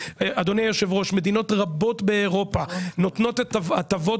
אדוני היושב ראש מדינות רבות באירופה נותנות הטבות